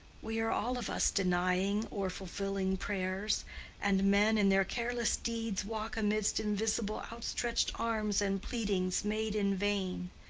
we are all of us denying or fulfilling prayers and men in their careless deeds walk amidst invisible outstretched arms and pleadings made in vain.